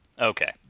Okay